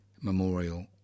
Memorial